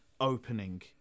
opening